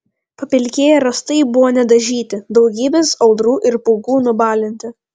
papilkėję rąstai buvo nedažyti daugybės audrų ir pūgų nubalinti